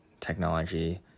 technology